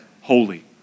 holy